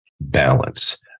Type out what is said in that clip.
balance